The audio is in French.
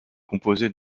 composée